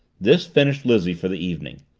this finished lizzie for the evening.